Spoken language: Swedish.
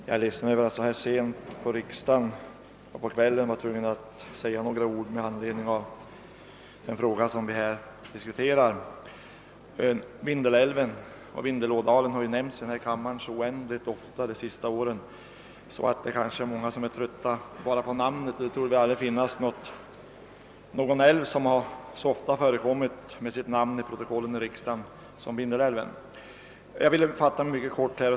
Herr talman! Trots att det är sent och riksdagen håller på att sluta skulle jag vilja säga några ord med anledning av den fråga vi nu diskuterar. Vindelälven och Vindelådalen har ju nämnts i denna kammare så oändligt ofta under de senaste åren att många kanske är trötta på att höra namnen. Jag tror inte att någon älv förekommit i riksdagsprotokollet så ofta som Vindelälven. Jag skall fatta mig mycket kort.